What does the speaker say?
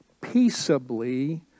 peaceably